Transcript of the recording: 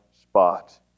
spot